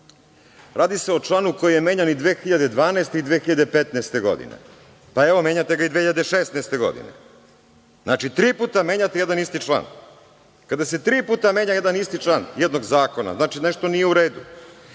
se o članu koji je menjan i 2012. godine i 2015. godine, pa ga menjate i 2016. godine. Tri puta menjate jedan isti član. Kada se tri puta menja jedan isti član jednog zakona znači da nešto nije u redu,